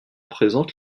présente